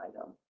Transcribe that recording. item